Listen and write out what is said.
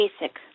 basic